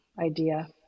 idea